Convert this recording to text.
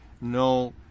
No